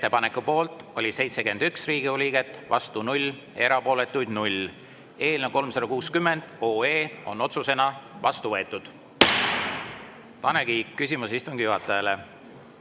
ettepaneku poolt oli 71 Riigikogu liiget, vastu 0, erapooletuid 0. Eelnõu 360 on otsusena vastu võetud. Tanel Kiik, küsimus istungi juhatajale.